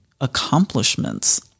accomplishments